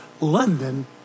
London